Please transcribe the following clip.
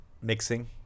mixing